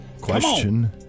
Question